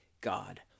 God